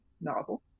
novel